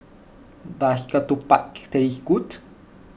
does Ketupat taste good